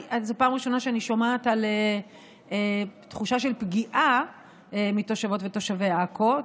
וזאת פעם ראשונה שאני שומעת על תחושה של פגיעה מתושבות ותושבי עכו.